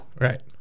Right